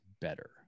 better